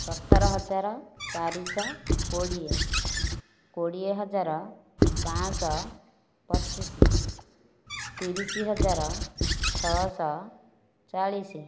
ସତର ହଜାର ଚାରି ଶହ କୋଡ଼ିଏ କୋଡ଼ିଏ ହଜାର ପାଞ୍ଚ ପଚିଶ ତିରିଶ ହଜାର ଛଅ ସହ ଚାଳିଶ